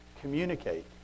communicate